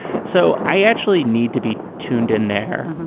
so i actually need to be tuned in there.